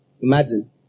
Imagine